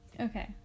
Okay